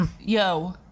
Yo